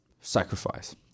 sacrifice